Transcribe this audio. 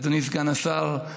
אדוני סגן השר,